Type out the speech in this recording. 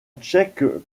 tchèque